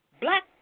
Black